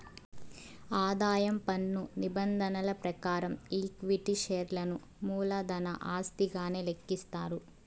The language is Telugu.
ఆదాయం పన్ను నిబంధనల ప్రకారం ఈక్విటీ షేర్లను మూలధన ఆస్తిగానే లెక్కిస్తారు